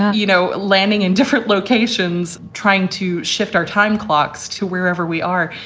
you know, landing in different locations, trying to shift our time clocks to wherever we are.